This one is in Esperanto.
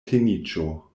teniĝo